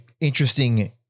interesting